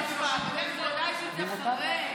איך אני יכול לתת לך?